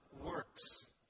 works